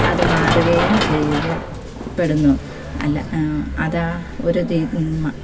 അതു മാറുകയും ചെയ്യ പ്പെടുന്നു അല്ല അതാ ഒരു